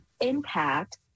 impact